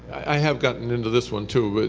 i have gotten into this one too, but